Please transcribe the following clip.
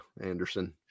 Anderson